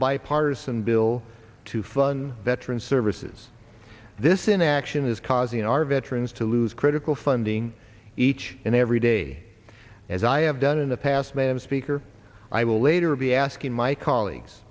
bipartisan bill to fund veterans services this inaction is causing our veterans to lose critical funding each and every day as i have done in the past ma'am speaker i will later be asking my colleagues